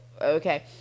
okay